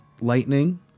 lightning